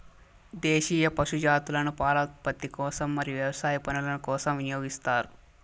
దేశీయ పశు జాతులను పాల ఉత్పత్తి కోసం మరియు వ్యవసాయ పనుల కోసం వినియోగిస్తారు